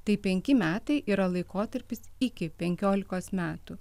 tai penki metai yra laikotarpis iki penkiolikos metų